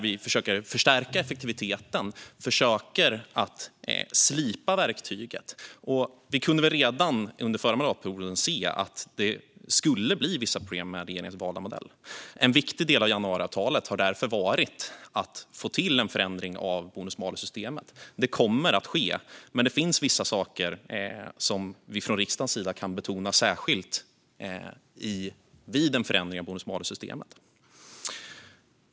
Vi försöker förstärka effektiviteten och slipa verktyget. Vi kunde väl redan under förra mandatperioden se att det skulle bli vissa problem med regeringens valda modell. En viktig del av januariavtalet har därför varit att få till en förändring av bonus-malus-systemet. Det kommer att ske, men det finns vissa saker som vi från riksdagens sida särskilt kan betona vid en förändring av bonus-malus-systemet.